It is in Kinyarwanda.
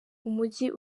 umujyi